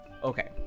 Okay